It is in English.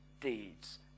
deeds